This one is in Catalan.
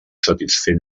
satisfer